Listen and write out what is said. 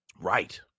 Right